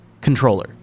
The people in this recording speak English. controller